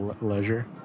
Leisure